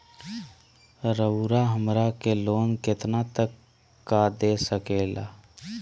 रउरा हमरा के लोन कितना तक का दे सकेला?